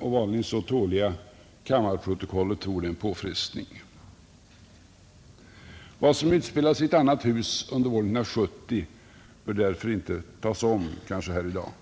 vanligen så tåliga kammarprotokollet tror jag att det skulle vara en påfrestning. Vad som utspelats i ett annat hus under år 1970 bör därför kanske inte tas om här i dag.